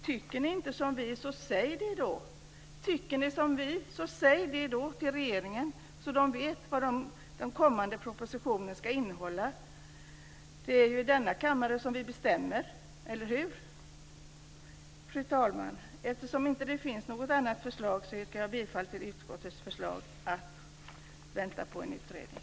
Tycker ni inte som vi, så säg det då! Tycker ni som vi, så säg det då till regeringen så att de vet vad den kommande propositionen ska innehålla! Det är ju i denna kammare som vi bestämmer, eller hur? Fru talman! Eftersom det inte finns något annat förslag yrkar jag bifall till utskottets förslag att vänta på en utredning.